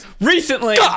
Recently